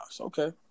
Okay